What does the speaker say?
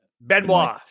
Benoit